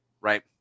right